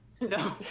No